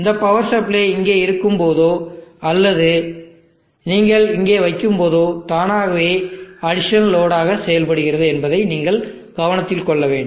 இந்த power supply இங்கே இருக்கும்போதோ அல்லது நீங்கள் இங்கே வைக்கும்போதோ தானாகவே அடிஷனல் லோட் ஆக செயல்படுகிறது என்பதை நீங்கள் கவனத்தில் கொள்ள வேண்டும்